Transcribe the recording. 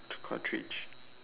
cartridge